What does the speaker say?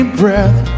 breath